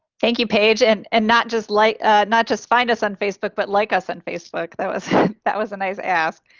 thank you paige, and and not just like ah not just find us on facebook but like us on facebook, that was that was a nice ask.